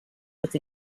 with